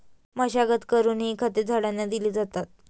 मशागत करूनही खते झाडांना दिली जातात